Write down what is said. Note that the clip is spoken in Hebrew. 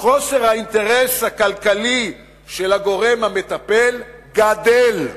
חוסר האינטרס הכלכלי של הגורם המטפל, גדל,